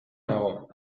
nago